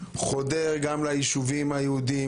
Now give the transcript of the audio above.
חודר גם לישובים היהודים,